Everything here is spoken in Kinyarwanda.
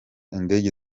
indege